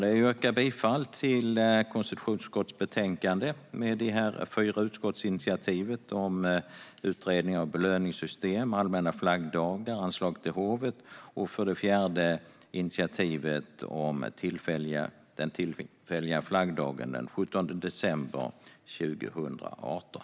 Jag yrkar bifall till förslaget i konstitutionsutskottets betänkande med dessa fyra utskottsinitiativ om utredning av belöningssystemet, allmänna flaggdagar, anslaget till hovet och den tillfälliga flaggdagen den 17 december 2018.